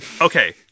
Okay